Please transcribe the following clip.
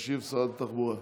תשיב שרת התחבורה.